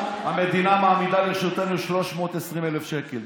המדינה מעמידה לרשותנו 320,000 שקל.